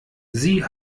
sie